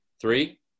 Three